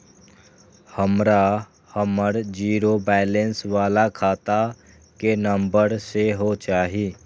हमरा हमर zero balance बाला खाता के नम्बर सेहो चाही